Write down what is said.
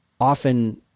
often